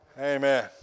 Amen